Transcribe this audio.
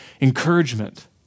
encouragement